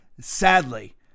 sadly